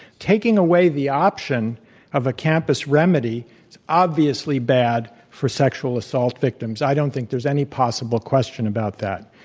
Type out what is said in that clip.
taking away the option of a campus remedy is obviously bad for sexual assault victims. i don't think there's any possible question about that.